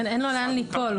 אין לו לאן ליפול.